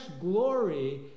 glory